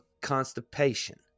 constipation